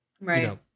right